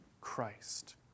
Christ